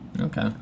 Okay